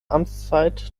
amtszeit